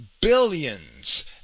billions